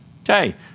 Okay